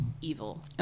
Evil